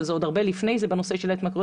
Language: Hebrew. אבל זה עוד הרבה לפני זה בנושא של ההתמכרויות,